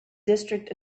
district